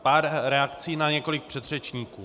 Pár reakcí na několik předřečníků.